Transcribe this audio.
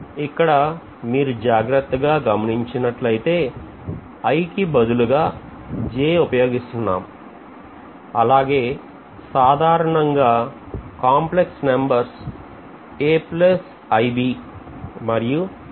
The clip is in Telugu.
ఇక్కడ మీరు జాగ్రత్తగా గమనించినట్లయితే i కి బదులుగా j ఉపయోగిస్తున్నాం అలాగే సాధారణంగా కాంప్లెక్స్ నంబర్స్ మరియు అని చూపిస్తారు